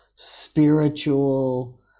spiritual